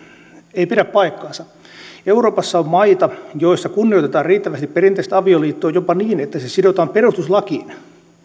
ei pidä paikkaansa euroopassa on maita joissa kunnioitetaan riittävästi perinteistä avioliittoa jopa niin että se sidotaan perustuslakiin